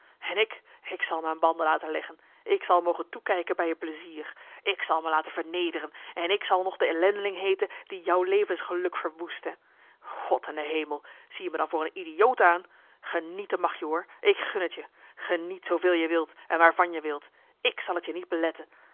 en ik ik zal me aan banden laten leggen ik zal mogen toekijken bij je plezier ik zal me laten vernederen en ik zal nog de ellendeling heeten die jou levensgeluk verwoest hè god in den hemel zie je me dan voor een idioot aan genieten mag je hoor ik gun t je geniet zooveel je wilt en waarvan je wilt ik zal t je niet beletten